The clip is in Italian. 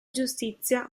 giustizia